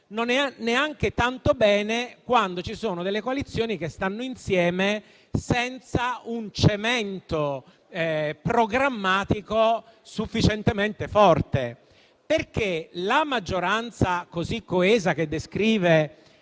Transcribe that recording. non è neanche tanto bene quando ci sono delle coalizioni che stanno insieme senza un cemento programmatico sufficientemente forte. La maggioranza così coesa che descrive